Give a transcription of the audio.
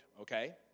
okay